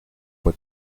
fue